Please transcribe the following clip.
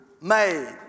made